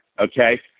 Okay